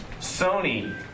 Sony